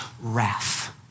wrath